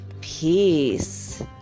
peace